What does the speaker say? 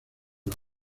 los